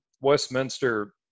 Westminster